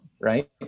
Right